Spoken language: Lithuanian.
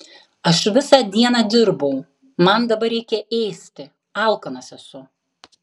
aš visą dieną dirbau man dabar reikia ėsti alkanas esu